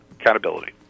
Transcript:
Accountability